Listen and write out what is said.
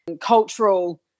cultural